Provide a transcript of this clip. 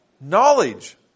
knowledge